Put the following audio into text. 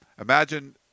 imagine